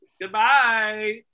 Goodbye